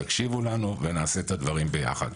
תקשיבו לנו ונעשה את הדברים ביחד.